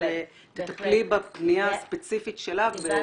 תטפלי בפנייה הספציפית שלה ובאופן מיוחד.